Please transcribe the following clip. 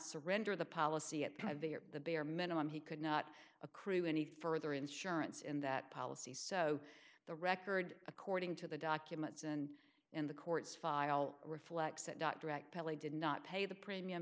surrender the policy at the bare minimum he could not accrue any further insurance in that policy so the record according to the documents and in the courts file reflects that dot direct pelly did not pay the premium